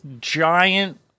giant